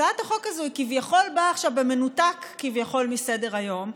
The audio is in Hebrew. הצעת החוק הזאת באה עכשיו במנותק כביכול מסדר-היום,